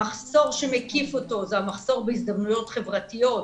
המחסור שמקיף אותו זה המחסור בהזדמנויות חברתיות,